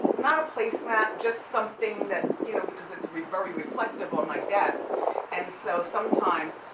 not a place mat, just something that, you know, because it's very reflective on my desk and so sometimes,